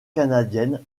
canadienne